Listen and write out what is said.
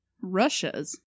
Russia's